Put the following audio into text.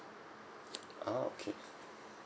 ah okay